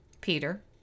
Peter